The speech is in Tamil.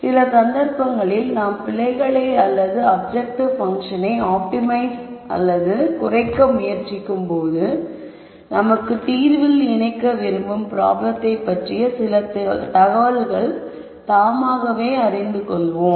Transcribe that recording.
சில சந்தர்ப்பங்களில் நம் பிழைகளை அல்லது அப்ஜெக்டிவ் பங்க்ஷனை ஆப்டிமைஸ் அல்லது குறைக்க முயற்சிக்கும் போது நமக்கு தீர்வில் இணைக்க விரும்பும் ப்ராப்ளத்தை பற்றிய சில தகவல்களை தாமாகவே அறிந்து கொள்வோம்